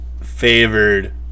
favored